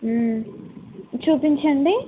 చూపించండి